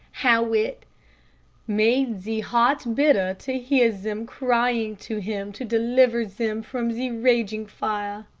how it made ze heart bitter to hear zem crying to him to deliver zem from ze raging fire.